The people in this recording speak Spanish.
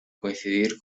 coincidir